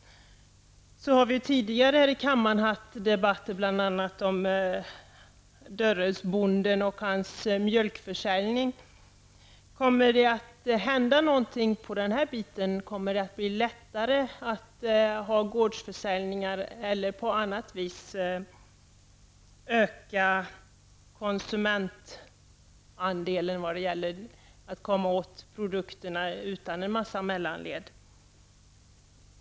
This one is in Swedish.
Vi har tidigare här i kammaren haft debatter bl.a. om Dörredsbonden och dennes mjölkförsäljning. Kommer det att hända någonting på den fronten? Kommer det att bli lättare att genomföra gårdsförsäljning eller för konsumenten att på annat vis komma åt produkterna utan en mängd mellanled?